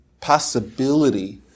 possibility